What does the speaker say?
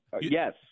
Yes